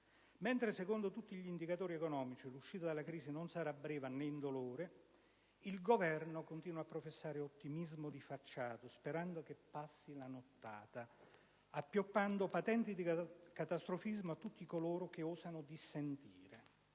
Mentre secondo tutti gli indicatori economici l'uscita dalla crisi non sarà breve né indolore, il Governo continua a professare ottimismo di facciata, sperando che «passi la nottata», appioppando patenti di catastrofismo a tutti coloro che osano dissentire.